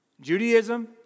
Judaism